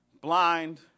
blind